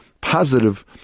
positive